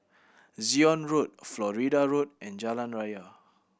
Zion Road Florida Road and Jalan Raya